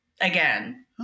again